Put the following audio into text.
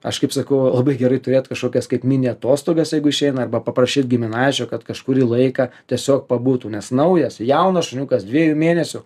aš kaip sakau labai gerai turėt kažkokias kaip mini atostogas jeigu išeina arba paprašyti giminaičių kad kažkurį laiką tiesiog pabūtų nes naujas jaunas šuniukas dviejų mėnesių